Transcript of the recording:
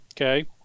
Okay